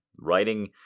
writing